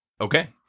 Okay